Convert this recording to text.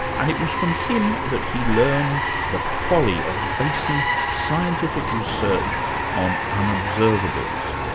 and it was from him that he learned the folly of basing scientific research on unobservables.